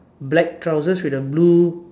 black trousers with a blue